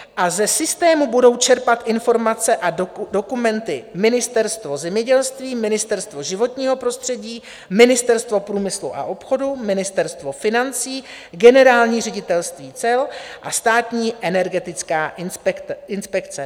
A ze systému budou čerpat informace a dokumenty Ministerstvo zemědělství, Ministerstvo životního prostředí, Ministerstvo průmyslu a obchodu, Ministerstvo financí, Generální ředitelství cel a Státní energetická inspekce.